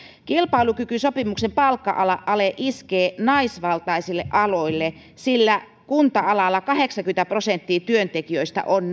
kilpailukykysopimuksen palkka ale ale iskee naisvaltaisille aloille sillä kunta alalla kahdeksankymmentä prosenttia työntekijöistä on